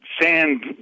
sand